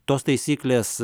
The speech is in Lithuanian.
tos taisyklės